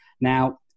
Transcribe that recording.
Now